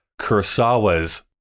Kurosawa's